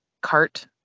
cart